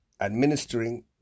administering